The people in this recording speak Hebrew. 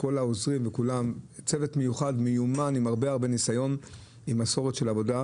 כל העוזרים וכולם צוות מיוחד ומיומן עם הרבה ניסיון ומסורת של עבודה.